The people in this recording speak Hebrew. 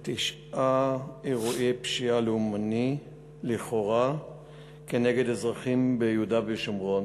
אירועי פשיעה לאומנית לכאורה כנגד אזרחים ביהודה ושומרון,